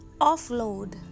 offload